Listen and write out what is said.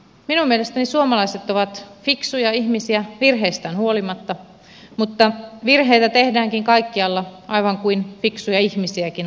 minun mielestäni suomalaiset ovat fiksuja ihmisiä virheistään huolimatta mutta virheitä tehdäänkin kaikkialla aivan kuin fiksuja ihmisiäkin on kaikkialla